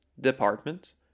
department